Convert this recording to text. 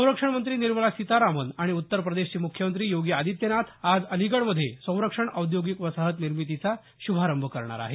संरक्षण मंत्री निर्मला सितारामन आणि उत्तर प्रदेशचे मुख्यमंत्री योगी आदित्यनाथ आज अलिगडमध्ये संरक्षण औद्योगिक वसाहत निर्मितीचा श्भारंभ करणार आहेत